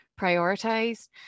prioritised